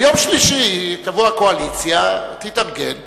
ביום שלישי תבוא הקואליציה, תתארגן ותעביר,